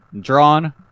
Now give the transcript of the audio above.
drawn